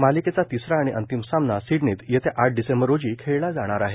मालिकेचा तिसरा आणि अंतिम सामना सिडनीत येत्या आठ डिसेंबर रोजी खेळला जाणार आहे